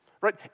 right